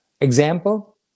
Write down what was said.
Example